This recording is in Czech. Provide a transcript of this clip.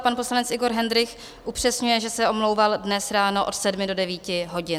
Pan poslanec Igor Hendrych upřesňuje, že se omlouval dnes ráno od sedmi do devíti hodin.